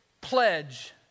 pledge